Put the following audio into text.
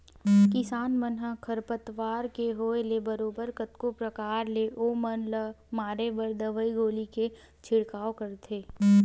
किसान मन ह खरपतवार के होय ले बरोबर कतको परकार ले ओ बन ल मारे बर दवई गोली के छिड़काव करथे